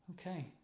Okay